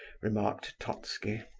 remarked totski.